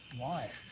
why?